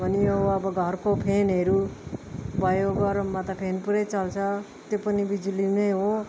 अनि यो घरको फ्यानहरू भयो गरममा त फ्यान पुरै चल्छ त्यो पनि बिजुलीमै हो